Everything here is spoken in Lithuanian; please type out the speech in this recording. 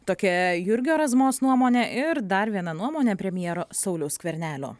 tokia jurgio razmos nuomonė ir dar viena nuomonė premjero sauliaus skvernelio